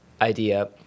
idea